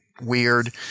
weird